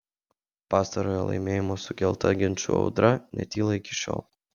pastarojo laimėjimo sukelta ginčų audra netyla iki šiol